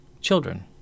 children